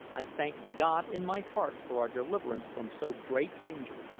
i thanked god in my heart for our deliverance from so great danger.